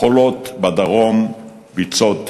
חולות בדרום, ביצות בצפון,